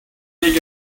big